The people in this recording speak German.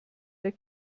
der